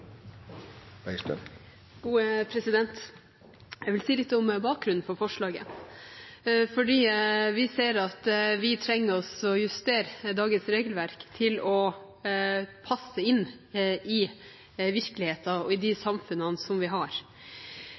Jeg vil si litt om bakgrunnen for forslaget, for vi ser at vi trenger å justere dagens regelverk til å passe inn i virkeligheten og de samfunnene vi har.